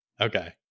Okay